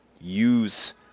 use